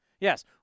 Yes